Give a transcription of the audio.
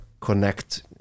connect